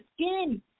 skin